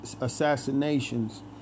assassinations